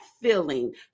feeling